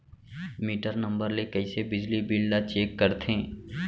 Metre number ले कइसे बिजली बिल ल चेक करथे?